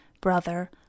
brother